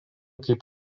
kaip